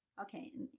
okay